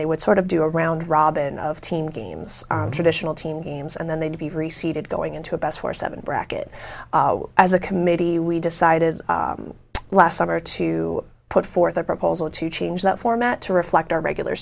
they would sort of do a round robin of team games traditional team games and then they'd be reseated going into a best four seven bracket as a committee we decided last summer to put forth a proposal to change that format to reflect our regular